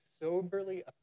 soberly